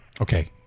Okay